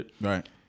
right